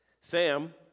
Sam